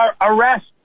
arrest